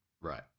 Right